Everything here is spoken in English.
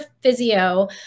physio